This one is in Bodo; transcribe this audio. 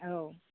औ